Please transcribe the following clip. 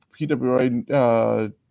PWI